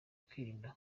kwirinda